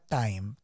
time